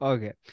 Okay